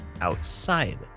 outside